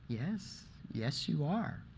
yes yes, you are.